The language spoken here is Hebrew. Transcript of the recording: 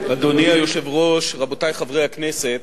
אדוני היושב-ראש, רבותי חברי הכנסת,